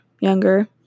younger